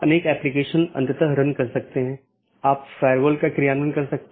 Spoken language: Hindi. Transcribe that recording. इन विशेषताओं को अनदेखा किया जा सकता है और पारित नहीं किया जा सकता है